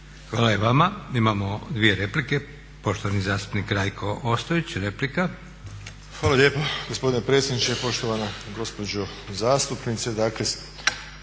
Hvala i vama. Imamo dvije replike. Poštovani zastupnik Rajko Ostojić, replika. **Ostojić, Rajko (SDP)** Hvala lijepo gospodine predsjedniče, poštovana gospođo zastupnice.